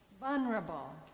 vulnerable